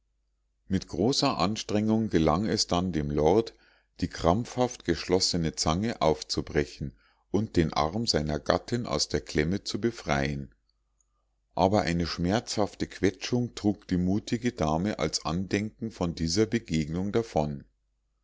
mit großer anstrengung gelang es dann dem lord die krampfhaft geschlossene zange aufzubrechen und den arm seiner gattin aus der klemme zu befreien aber eine schmerzhafte quetschung trug die mutige dame als andenken von dieser begegnung davon